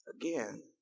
Again